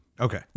Okay